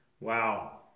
Wow